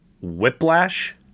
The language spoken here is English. Whiplash